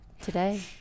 today